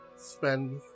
Spend